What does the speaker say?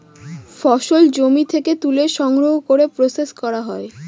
ফসল জমি থেকে তুলে সংগ্রহ করে প্রসেস করা হয়